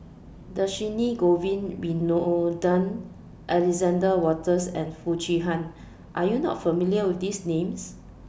Dhershini Govin Winodan Alexander Wolters and Foo Chee Han Are YOU not familiar with These Names